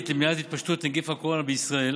למניעת התפשטות נגיף הקורונה בישראל